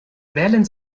wählen